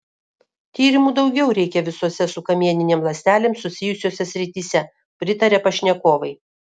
tyrimų daugiau reikia visose su kamieninėm ląstelėm susijusiose srityse pritaria pašnekovai